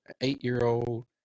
eight-year-old